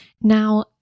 Now